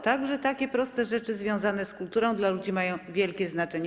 Także takie proste rzeczy związane z kulturą dla ludzi mają wielkie znaczenie.